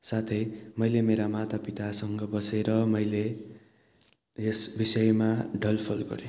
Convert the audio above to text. साथै मैले मेरा मातापितासँग बसेर मैले यस विषयमा छलफल गरेँ